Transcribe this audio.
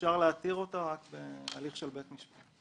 אפשר להתיר אותה רק בהליך של בית משפט.